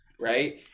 Right